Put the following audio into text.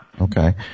Okay